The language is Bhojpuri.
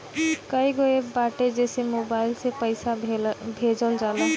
कईगो एप्प बाटे जेसे मोबाईल से पईसा भेजल जाला